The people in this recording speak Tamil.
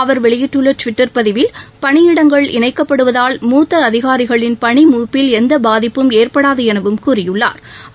அவர் வெளியிட்டுள்ளடுவிட்டர் பதிவில் பணியிடங்கள் இணைக்கப்படுவதால் மூத்தஅதிகாரிகளின் பணிமூப்பில் எந்தபாதிப்பும் ஏற்படாதுஎனவும் கூறியுள்ளாா்